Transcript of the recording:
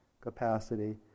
capacity